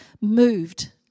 moved